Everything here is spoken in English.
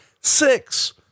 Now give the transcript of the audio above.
Six